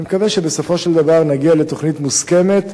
אני מקווה שבסופו של דבר נגיע לתוכנית מוסכמת,